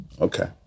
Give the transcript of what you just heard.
Okay